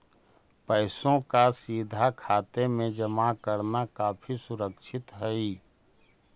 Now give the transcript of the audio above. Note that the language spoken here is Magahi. पैसों का सीधा खाते में जमा करना काफी सुरक्षित हई